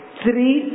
three